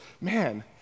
man